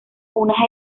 unas